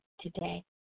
today